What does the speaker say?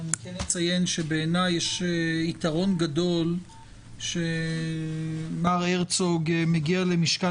אציין שבעיניי יש יתרון גדול שמר הרצוג מגיע למשכן